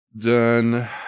done